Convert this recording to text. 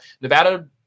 Nevada